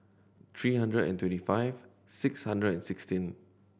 three hundred and twenty five six hundred and sixteen